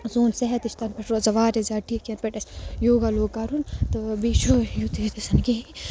سون صحت تہِ چھِ تَنہٕ پٮ۪ٹھ روزان واریاہ زیادٕ ٹھیٖک یَنہٕ پٮ۪ٹھ اَسہِ یوگا لوگ کَرُن تہٕ بیٚیہِ چھُ یُتھُے یوت آسان کِہیٖنۍ